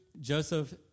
Joseph